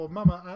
Mama